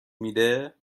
میده